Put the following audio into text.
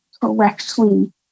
correctly